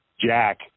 jack